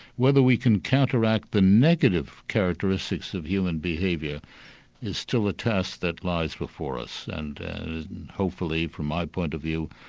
whether we can counteract the negative characteristics of human behaviour is still a task that lies before us and hopefully, from my point of view,